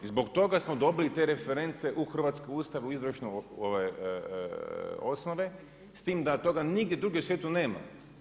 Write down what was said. I zbog toga smo dobili te reference u hrvatskom Ustavu, izvorišne osnove s tim da toga nigdje drugdje u svijetu nema.